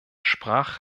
sprach